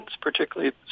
particularly